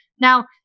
Now